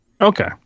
Okay